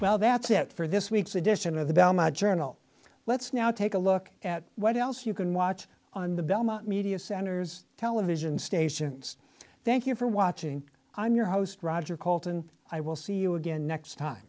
well that's it for this week's edition of the belmont journal let's now take a look at what else you can watch on the belmont media centers television stations thank you for watching i'm your host roger colton i will see you again next